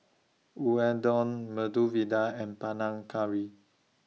Unadon Medu Vada and Panang Curry